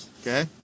Okay